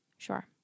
Sure